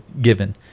given